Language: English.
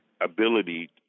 ability